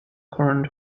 current